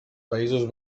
països